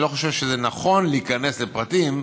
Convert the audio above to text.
ואני לא חושב שזה נכון להיכנס לפרטים,